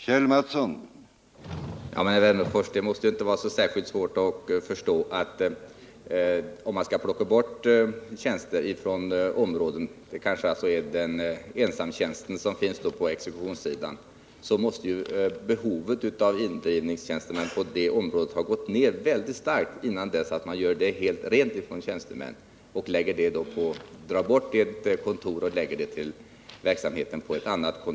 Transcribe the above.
Herr talman! Det kan väl inte vara så särskilt svårt att förstå, Alf Wennerfors, att innan man plockar bort någon tjänst från ett område — det kanske rör sig om en ensamtjänst på exekutionssidan — så måste behovet av indrivningstjänstemän inom det området ha gått ner väldigt starkt. Den situationen måste ju föreligga, innan man gör ett område helt rent från tjänstemän genom att dra in ett kontor och förlägga verksamheten till ett annat område.